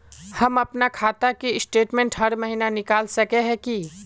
हम अपना खाता के स्टेटमेंट हर महीना निकल सके है की?